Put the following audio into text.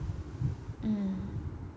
mm